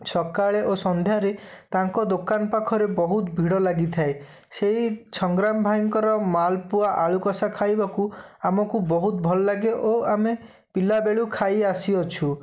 ସକାଳେ ଓ ସନ୍ଧ୍ୟାରେ ତାଙ୍କ ଦୋକାନ ପାଖରେ ବହୁତ ଭିଡ଼ ଲାଗିଥାଏ ସେଇ ସଂଗ୍ରାମ ଭାଇଙ୍କର ମାଲପୁଆ ଆଳୁ କଷା ଖାଇବାକୁ ଆମକୁ ବହୁତ ଭଲ ଲାଗେ ଓ ଆମେ ପିଲାବେଳୁ ଖାଇ ଆସିଅଛୁ